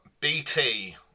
BT